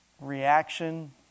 reaction